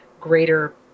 greater